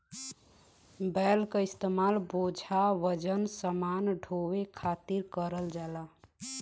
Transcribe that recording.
बैल क इस्तेमाल बोझा वजन समान ढोये खातिर करल जाला